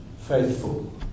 faithful